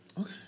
Okay